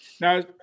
Now